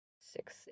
six